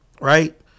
right